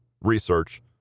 research